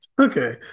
Okay